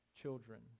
children